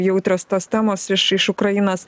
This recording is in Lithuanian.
jautrios tos temos iš iš ukrainos